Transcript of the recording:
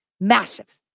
Massive